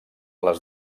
les